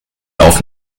auf